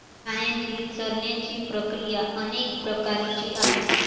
प्राण्यांची चरण्याची प्रक्रिया अनेक प्रकारची आहे